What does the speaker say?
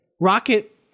Rocket